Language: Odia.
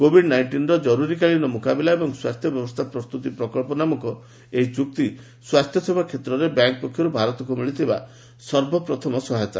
କୋଭିଡ୍ ନାଇଷ୍ଟିନ୍ର ଜରୁରୀକାଳୀନ ମୁକାବିଲା ଏବଂ ସ୍ୱାସ୍ଥ୍ୟ ବ୍ୟବସ୍ଥା ପ୍ରସ୍ତୁତି ପ୍ରକଳ୍ପ ନାମକ ଏହି ଚୁକ୍ତି ସ୍ୱାସ୍ଥ୍ୟସେବା କ୍ଷେତ୍ରରେ ବ୍ୟାଙ୍କ ପକ୍ଷରୁ ଭାରତକୁ ମିଳିଥିବା ସର୍ବପ୍ରଥମ ସହାୟତା